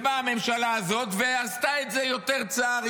ובאה הממשלה הזאת ועשתה את זה יותר צר,